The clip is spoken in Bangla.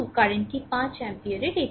কারেন্টটি পাঁচ অ্যাম্পিয়ারের